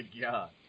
God